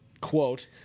Quote